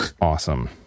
Awesome